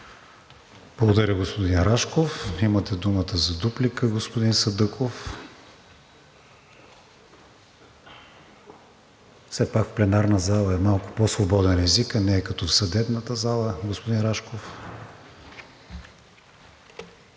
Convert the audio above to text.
Благодаря, господин Рашков. Имате думата за дуплика, господин Садъков. Все пак в пленарната зала е малко по-свободен езикът, не като в съдебната зала, господин Рашков.